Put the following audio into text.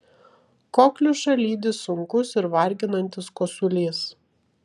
kokliušą lydi sunkus ir varginantis kosulys